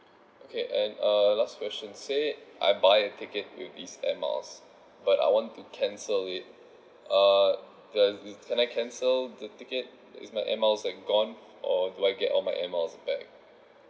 okay and uh last question say it I buy a ticket with this air miles but I want to cancel it uh does this can I cancel the ticket is my air miles had gone or do I get all my air miles back